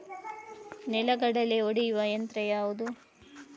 ನೆಲಗಡಲೆ ಒಡೆಯುವ ಯಂತ್ರ ಯಾವುದು?